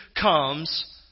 comes